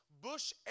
bush